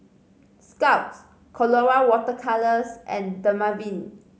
scott's Colora Water Colours and Dermaveen